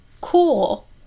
cool